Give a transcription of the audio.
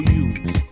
use